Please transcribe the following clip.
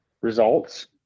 results